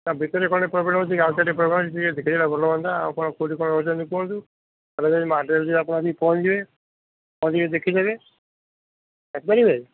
ତା ଭିତରେ କ'ଣ ଟିକେ ପ୍ରୋବ୍ଲେମ୍ ଅଛି ଆଉ ଟିକେ ପ୍ରୋବ୍ଲେମ୍ ଅଛି ଟିକେ ଦେଖିଦେଲେ ଭଲ ହୁଅନ୍ତା ଆପଣ କେଉଁଠି କ'ଣ ରହୁଛନ୍ତି କୁହନ୍ତୁ ମୁଁ ଆଡ୍ରେସ୍ ଦେବି ଆପଣ ଆସି ପହଞ୍ଚିଯିବେ ପହଞ୍ଚିକି ଦେଖିଦେବେ ଆସିପାରିବେ